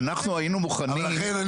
אנחנו היינו מוכנים --- לכן,